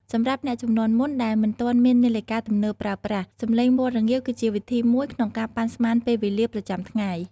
សម្រាប់អ្នកជំនាន់មុនដែលមិនទាន់មាននាឡិកាទំនើបប្រើប្រាស់ សំឡេងមាន់រងាវគឺជាវិធីមួយក្នុងការប៉ាន់ស្មានពេលវេលាប្រចាំថ្ងៃ។